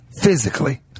physically